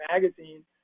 magazine